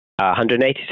186